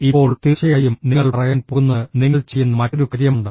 ഇപ്പോൾ തീർച്ചയായും നിങ്ങൾ പറയാൻ പോകുന്നത് നിങ്ങൾ ചെയ്യുന്ന മറ്റൊരു കാര്യമാണ്